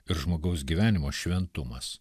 ir žmogaus gyvenimo šventumas